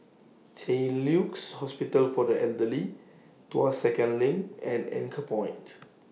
Saint Luke's Hospital For The Elderly Tuas Second LINK and Anchorpoint